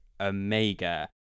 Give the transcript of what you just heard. omega